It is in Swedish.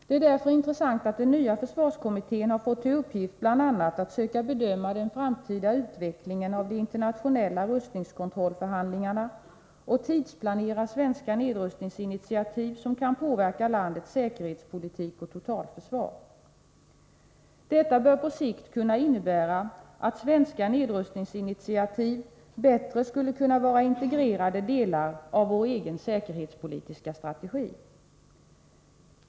Det är därför intressant att den nya försvarskommittén har fått till uppgift bl.a. att försöka bedöma den framtida utvecklingen av de internationella rustningskontrollförhandlingarna och att tidsplanera svenska nedrustningsinitiativ som kan påverka landets säkerhetspolitik och totalförsvar. Detta bör på sikt kunna innebära att svenska nedrustningsinitiativ i högre grad skulle kunna vara integrerade delar av vår egen säkerhetspolitiska strategi.